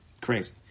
Crazy